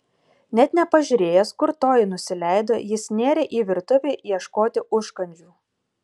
net nepažiūrėjęs kur toji nusileido jis nėrė į virtuvę ieškoti užkandžių